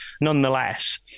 nonetheless